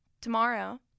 tomorrow